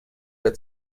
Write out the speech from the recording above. der